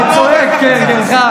הוא הולך עם כיפה כאילו הוא יהודי דתי,